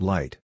Light